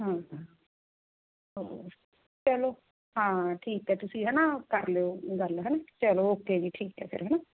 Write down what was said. ਹਾਂ ਹਾਂ ਹੋਰ ਚਲੋ ਹਾਂ ਠੀਕ ਹੈ ਤੁਸੀਂ ਹੈ ਨਾ ਕਰ ਲਿਓ ਗੱਲ ਹੈ ਨਾ ਚਲੋ ਓਕੇ ਜੀ ਠੀਕ ਹੈ ਫਿਰ ਹੈ ਨਾ